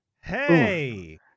Hey